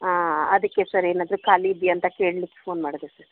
ಹಾಂ ಅದಕ್ಕೆ ಸರ್ ಏನಾದರು ಖಾಲಿ ಇದೆಯಾ ಅಂತ ಕೇಳ್ಲಿಕೆ ಫೋನ್ ಮಾಡಿದೆ ಸರ್